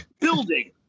building